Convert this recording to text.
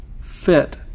fit